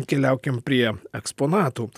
keliaukim prie eksponatų